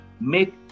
make